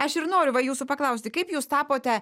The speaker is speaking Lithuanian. aš ir noriu va jūsų paklausti kaip jūs tapote